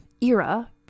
era